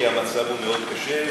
כי המצב הוא מאוד קשה,